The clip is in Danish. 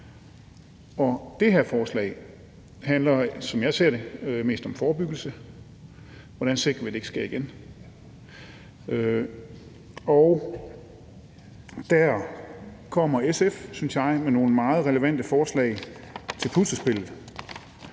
som jeg ser det, mest om forebyggelse: Hvordan sikrer vi, at det ikke sker igen? Der kommer SF, synes jeg, med nogle meget relevante forslag til puslespillet,